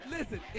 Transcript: Listen